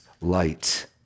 light